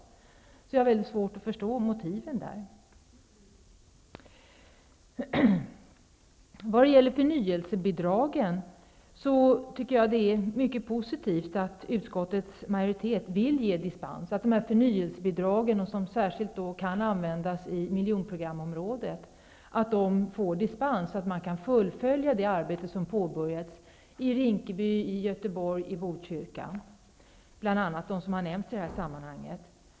Jag har därför väldigt svårt att förstå motiven till detta. Det är enligt min mening mycket positivt att utskottets majoritet vill ge dispens när det gäller förnyelsebidragen, som särskilt kan användas i miljonprogramområden. På så sätt kan man fullfölja det arbete som har påbörjats i bl.a. Rinkeby, Göteborg och Botkyrka, som har nämnts i det här sammanhanget.